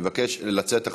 אני מבקש לצאת החוצה.